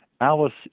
Alice